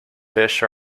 fish